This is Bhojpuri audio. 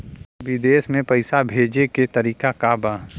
विदेश में पैसा भेजे के तरीका का बा?